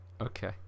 Okay